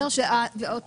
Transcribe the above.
משואות